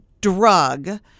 drug